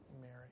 Mary